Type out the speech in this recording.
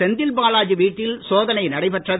செந்தில் பாலாஜி வீட்டில் சோதனை நடைபெற்றது